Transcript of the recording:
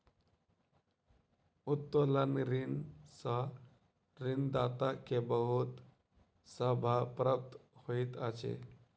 उत्तोलन ऋण सॅ ऋणदाता के बहुत लाभ प्राप्त होइत अछि